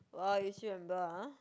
!wah! you still remember ah